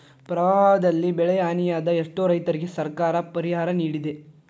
ಪ್ರವಾಹದಲ್ಲಿ ಬೆಳೆಹಾನಿಯಾದ ಎಷ್ಟೋ ರೈತರಿಗೆ ಸರ್ಕಾರ ಪರಿಹಾರ ನಿಡಿದೆ